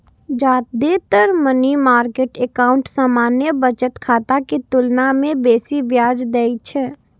जादेतर money market account सामान्य बचत खाता के तुलना मे बेसी ब्याज दै छै